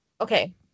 Okay